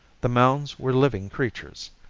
the mounds were living creatures!